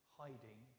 hiding